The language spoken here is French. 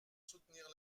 soutenir